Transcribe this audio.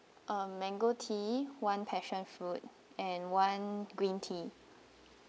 um mango tea one passionfruit and one green tea